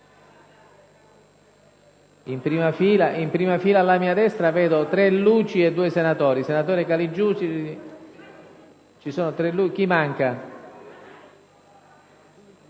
In prima fila alla mia destra vedo tre luci accese e due senatori